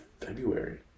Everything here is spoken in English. February